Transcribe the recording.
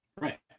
Right